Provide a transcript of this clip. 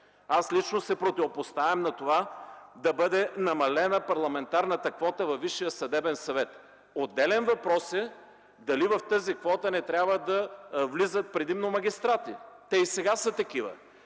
Аз лично се противопоставям на това да бъде намалена парламентарната квота във Висшия съдебен съвет. Отделен е въпросът дали в тази квота не трябва да влизат предимно магистрати. Те и сега са такива.